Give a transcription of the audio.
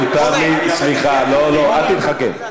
מותר לי, אני לא אמרתי, לא לא, אל תתחכם.